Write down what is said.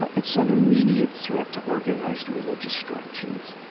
ah it's an immediate threat to organized religious structures.